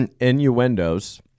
innuendos